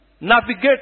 navigate